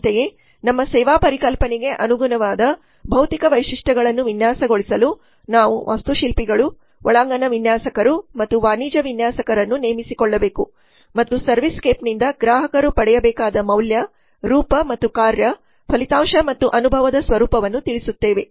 ಅಂತೆಯೇ ನಮ್ಮ ಸೇವಾ ಪರಿಕಲ್ಪನೆಗೆ ಅನುಗುಣವಾದ ಭೌತಿಕ ವೈಶಿಷ್ಟ್ಯಗಳನ್ನು ವಿನ್ಯಾಸಗೊಳಿಸಲು ನಾವು ವಾಸ್ತುಶಿಲ್ಪಿಗಳು ಒಳಾಂಗಣ ವಿನ್ಯಾಸಕರು ಮತ್ತು ವಾಣಿಜ್ಯ ವಿನ್ಯಾಸಕರನ್ನು ನೇಮಿಸಿಕೊಳ್ಳಬೇಕು ಮತ್ತು ಸರ್ವಿಸ್ ಸ್ಕೇಪ್ ನಿಂದ ಗ್ರಾಹಕರು ಪಡೆಯಬೇಕಾದ ಮೌಲ್ಯ ರೂಪ ಮತ್ತು ಕಾರ್ಯ ಫಲಿತಾಂಶ ಮತ್ತು ಅನುಭವದ ಸ್ವರೂಪವನ್ನು ತಿಳಿಸುತ್ತೇವೆ